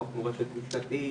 חוק מורשת ----,